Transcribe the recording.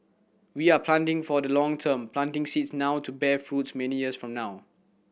we are planting for the long term planting seeds now to bear fruits many years from now